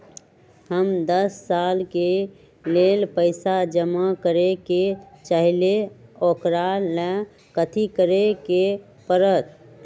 हम दस साल के लेल पैसा जमा करे के चाहईले, ओकरा ला कथि करे के परत?